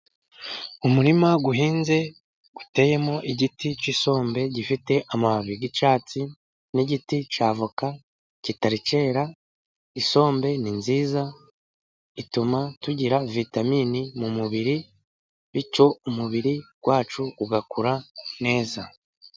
Umurima uhinze utemo igiti cy'isombe gifite amababi y'icyatsi, n'igiti cya voka kitari cyera, isombe ni nziza ituma tugira vitaminini mu mubiri, bityo umubiri wacu ugakura neza.